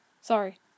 Sorry